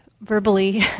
verbally